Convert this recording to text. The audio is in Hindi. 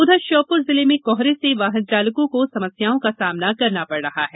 उधर श्योपुर जिले में कोहरे से वाहन चालकों को समस्याओं का सामना करना पड़ रहा है